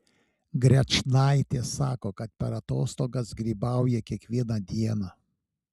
grečnaitė sako kad per atostogas grybauja kiekvieną dieną